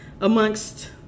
Amongst